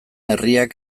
herriak